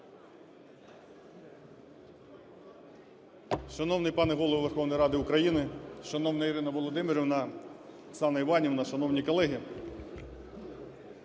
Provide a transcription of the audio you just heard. Шановний пане Голово Верховної Ради України! Шановна Ірина Володимирівна, Оксана Іванівна! Шановні колеги!